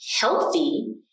healthy